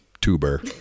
tuber